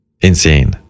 insane